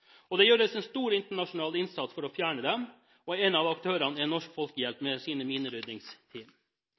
Det gjøres en stor internasjonal innsats for å fjerne dem, og en av aktørene er Norsk Folkehjelp med sine